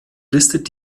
listet